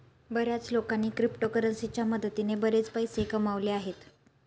बर्याच लोकांनी क्रिप्टोकरन्सीच्या मदतीने बरेच पैसे कमावले आहेत